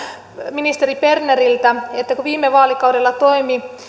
ministeri berneriltä kun viime vaalikaudella toimi